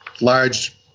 large